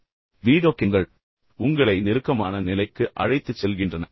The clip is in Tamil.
இப்போது வீடியோ கேம்கள் உங்களை நெருக்கமான நிலைக்கு அழைத்துச் செல்கின்றன